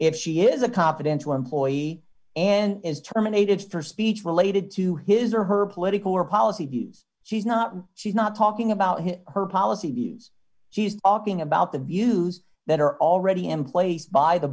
she is a confidential employee and is terminated for speech related to his or her political or policy views she's not she's not talking about her policy views she is talking about the views that are already in place by the